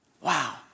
Wow